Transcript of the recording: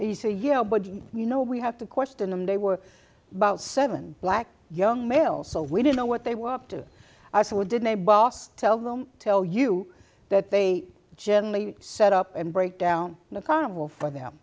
now you say yeah but you know we have to question him they were about seven black young males so we didn't know what they were up to i saw did a boss tell them tell you that they generally set up and break down in a carnival for them